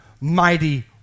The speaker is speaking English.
mighty